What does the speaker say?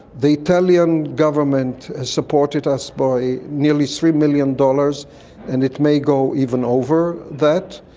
the italian government has supported us by nearly three million dollars and it may go even over that.